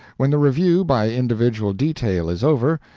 when the review by individual detail is over,